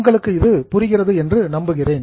உங்களுக்கு இது புரிகிறது என்று நம்புகிறேன்